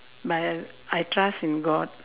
but I'll I trust in god